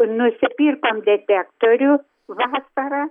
nusipirkom detektorių vasarą